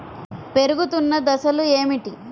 పెరుగుతున్న దశలు ఏమిటి?